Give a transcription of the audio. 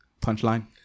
Punchline